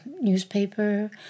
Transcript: newspaper